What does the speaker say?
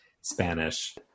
Spanish